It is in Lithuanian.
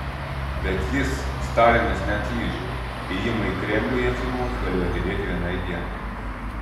bet jis stalinas neatlyžo ėjimą į kremlių jefimovas galėjo atidėti vienai dienai